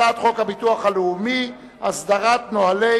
הצעת חוק הביטוח הלאומי (הסדרת נוהלי